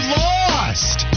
lost